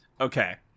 Okay